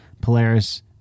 Polaris